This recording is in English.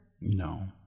No